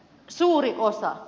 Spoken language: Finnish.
suuri osa